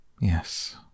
Yes